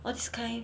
all this kind